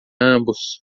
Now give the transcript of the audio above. ambos